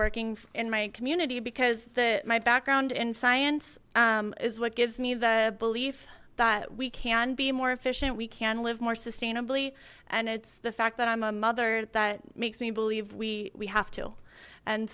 working in my community because the my background in science is what gives me the belief that we can be more efficient we can live more sustainably and it's the fact that i'm a mother that makes me believe we we have to and